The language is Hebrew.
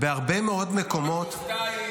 בהרבה מאוד מקומות --- לא בקורס טיס,